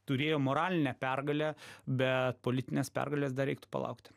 turėjo moralinę pergalę bet politinės pergalės dar reiktų palaukti